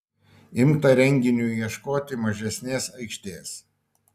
imta renginiui ieškoti mažesnės aikštės